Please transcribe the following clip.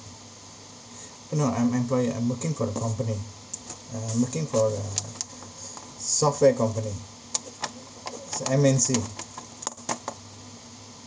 no I'm employee I'm working for a company uh I'm working for a software company M_N_C